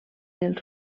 els